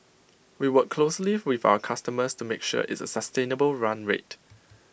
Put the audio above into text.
we work closely with our customers to make sure it's A sustainable run rate